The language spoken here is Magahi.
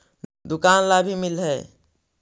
दुकान ला भी मिलहै?